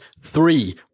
three